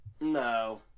No